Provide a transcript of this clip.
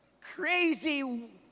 crazy